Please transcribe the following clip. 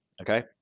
okay